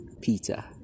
Peter